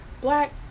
black